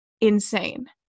insane